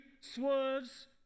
swerves